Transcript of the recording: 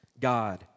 God